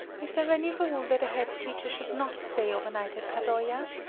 is there any rule that a head teacher should not stay over night at kadoya?